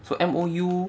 so M O U